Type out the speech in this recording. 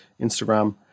Instagram